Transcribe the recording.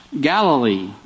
Galilee